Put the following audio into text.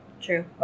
True